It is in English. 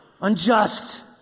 unjust